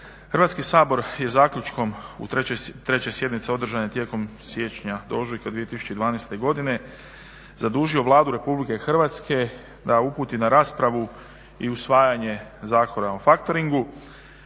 Hrvatski sabor je zaključkom u trećoj sjednici održane tijekom siječnja do ožujka 2012. godine zadužio Vladu RH da uputi na raspravu i usvajanje Zakona o factoringu.